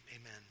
Amen